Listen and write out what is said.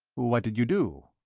what did you do?